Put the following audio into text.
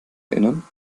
erinnern